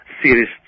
serious